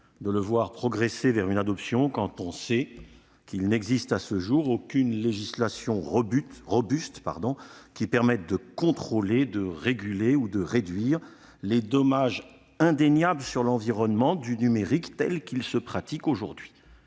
de le voir progresser vers une adoption, sachant qu'il n'existe à ce jour aucune législation robuste permettant de contrôler, de réguler ou de réduire les dommages indéniables du numérique, tel qu'il se pratique aujourd'hui,